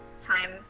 time